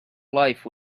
life